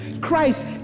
Christ